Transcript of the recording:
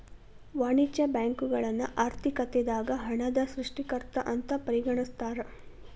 ವಾಣಿಜ್ಯ ಬ್ಯಾಂಕುಗಳನ್ನ ಆರ್ಥಿಕತೆದಾಗ ಹಣದ ಸೃಷ್ಟಿಕರ್ತ ಅಂತ ಪರಿಗಣಿಸ್ತಾರ